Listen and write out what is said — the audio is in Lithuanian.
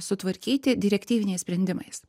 sutvarkyti direktyviniais sprendimais